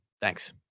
Thanks